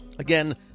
Again